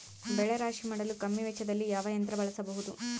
ಬೆಳೆ ರಾಶಿ ಮಾಡಲು ಕಮ್ಮಿ ವೆಚ್ಚದಲ್ಲಿ ಯಾವ ಯಂತ್ರ ಬಳಸಬಹುದು?